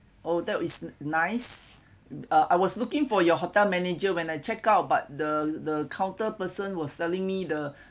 oh that is nice uh I was looking for your hotel manager when I check out but the the counter person was telling me the